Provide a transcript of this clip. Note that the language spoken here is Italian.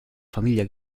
famiglia